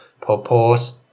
purpose